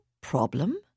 problem